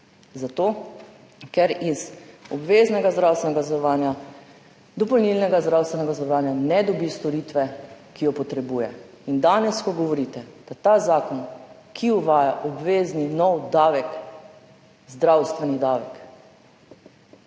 Zato ker iz obveznega zdravstvenega zavarovanja, dopolnilnega zdravstvenega zavarovanja ne dobi storitve, ki jo potrebuje. Danes, ko govorite, da bo ta zakon, ki uvaja nov obvezni davek, zdravstveni davek,